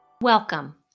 Welcome